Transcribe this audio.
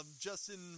Justin